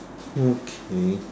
okay